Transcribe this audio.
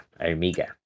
Omega